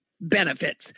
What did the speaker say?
benefits